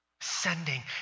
sending